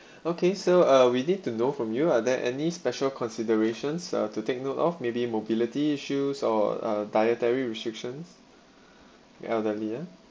okay so uh we need to know from you are there any special considerations uh to take note of maybe mobility issues or uh dietary restrictions elderly ah